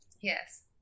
Yes